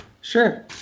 Sure